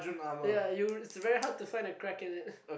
ya you is very hard to find a crack in it